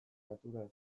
naturaz